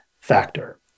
factor